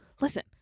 listen